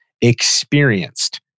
experienced